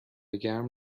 گرم